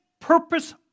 Purpose